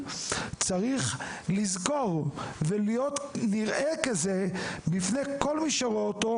צריך לזכור ולהיראות ככזה בפני כל מי שרואה אותו,